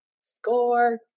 Score